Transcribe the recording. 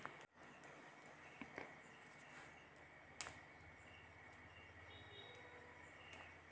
मध्यकालीन निवेश म कतना अऊ कहाँ निवेश कर सकत हन?